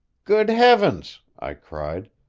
good heavens! i cried.